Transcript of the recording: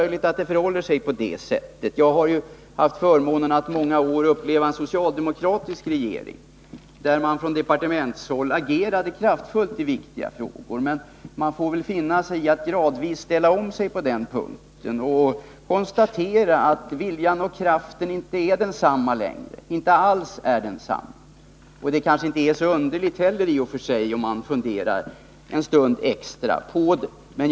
Jag har haft förmånen att under många år få uppleva en socialdemokratisk regering, under vilken man från departementshåll agerat kraftfullt i viktiga frågor. Men man får väl finna sig i att gradvis ställa om sig på den punkten och konstatera att viljan och kraften inte alls är desamma längre. I och för sig är det väl inte heller så underligt, om man funderar litet extra på det.